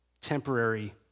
temporary